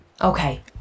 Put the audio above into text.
Okay